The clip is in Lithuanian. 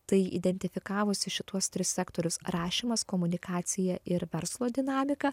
tai identifikavusi šituos tris sektorius rašymas komunikacija ir verslo dinamika